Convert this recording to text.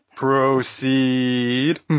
Proceed